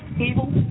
evil